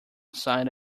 side